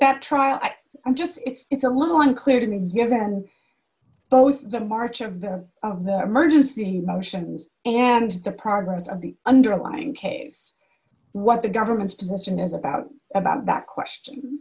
that trial it's just it's a little unclear to me given both the march of the of the emergency motions and the progress of the underlying case what the government's position is about about that question